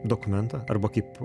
dokumentą arba kaip